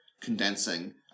condensing